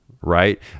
right